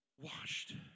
washed